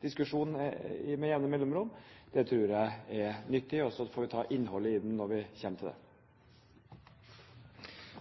diskusjon med jevne mellomrom, tror jeg er nyttig. Og så får vi ta innholdet i den når vi kommer til det.